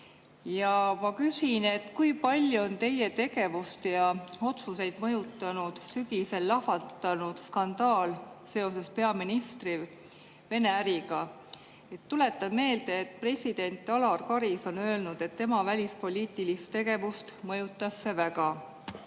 Ma küsin, kui palju on teie tegevust ja otsuseid mõjutanud sügisel lahvatanud skandaal seoses peaministri Vene-äriga. Tuletan meelde, et president Alar Karis on öelnud, et tema välispoliitilist tegevust mõjutas see väga.